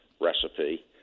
recipe